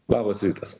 labas rytas